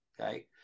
okay